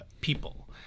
people